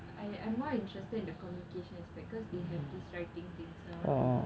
I I'm more interested in the communication aspect because they have this writing thing so I want to